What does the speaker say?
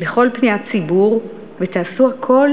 לכל פניית ציבור ועשו הכול